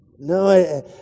No